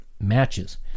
matches